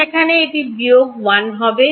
সেখানে একটি বিয়োগ 1 হবে